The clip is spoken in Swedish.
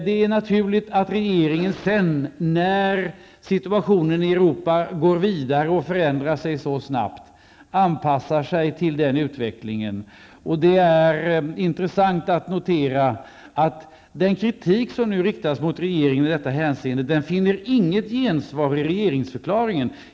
Det är naturligt att regeringen sedan, när situationen i Europa går vidare och förändras så snabbt, anpassar sig till den utvecklingen. Det är intressant att notera att den kritik som nu riktas mot regeringen i detta hänseende inte finner något gensvar i regeringsförklaringen.